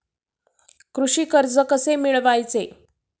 कृषी कर्ज कसे मिळवायचे?